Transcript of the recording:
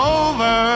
over